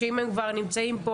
כי הם כבר כאן.